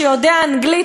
שיודע אנגלית,